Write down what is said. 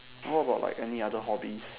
what about like any other hobbies